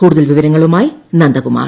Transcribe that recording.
കൂടുതൽ വിവരങ്ങളുമായി നന്ദകുമാർ